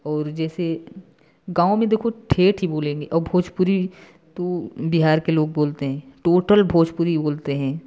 और जैसे गाँव में देखो ठेठ ही बोलेंगे और भोजपुरी तो बिहार के लोग बोलते हैं टोटल भोजपुरी बोलते हैं